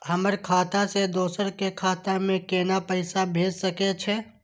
हमर खाता से दोसर के खाता में केना पैसा भेज सके छे?